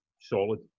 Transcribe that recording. solid